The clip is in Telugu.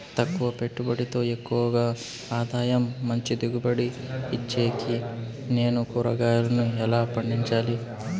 తక్కువ పెట్టుబడితో ఎక్కువగా ఆదాయం మంచి దిగుబడి ఇచ్చేకి నేను కూరగాయలను ఎలా పండించాలి?